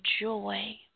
joy